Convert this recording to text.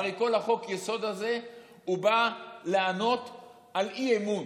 הרי כל חוק-היסוד הזה בא לענות על אי-אמון,